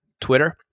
Twitter